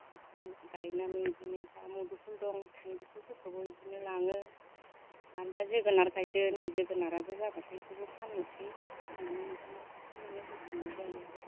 इदिनो गायनानै इदिनो दा मुदुफुल दं मुदुफुलफोरखौबो इदिनो लाङो आरो दा जोगोनार गायदो नै जोगोनाराबो जाबाथाय बेखौबो फाननोसै फाननानै इदिनो गरसे गरनै बुथुमनाय जायो आरो